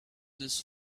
these